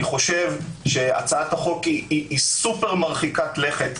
אני חושב שהצעת החוק היא סופר מרחיקת-לכת.